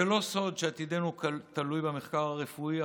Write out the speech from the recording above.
זה לא סוד שעתידנו תלוי במחקר הרפואי,